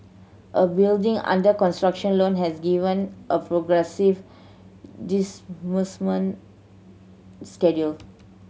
a building under construction loan has given a progressive disbursement schedule